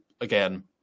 again